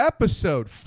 Episode